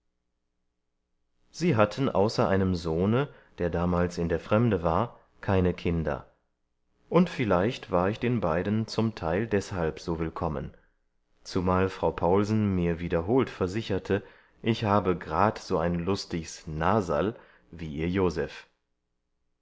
sie hatten außer einem sohne der damals in der fremde war keine kinder und vielleicht war ich den beiden zum teil deshalb so willkommen zumal frau paulsen mir wiederholt versicherte ich habe grad ein so lustigs naserl wie ihr joseph